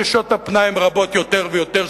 שבה שעות הפנאי הן רבות יותר ויותר,